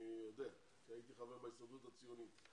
אני יודע כי הייתי חבר בהנהלת ההסתדרות הציונית.